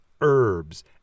Herbs